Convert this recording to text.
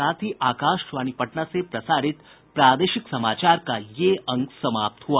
इसके साथ ही आकाशवाणी पटना से प्रसारित प्रादेशिक समाचार का ये अंक समाप्त हुआ